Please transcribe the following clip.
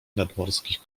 nadmorskich